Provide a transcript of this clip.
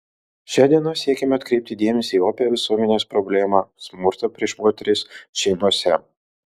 šia diena siekiama atkreipti dėmesį į opią visuomenės problemą smurtą prieš moteris šeimose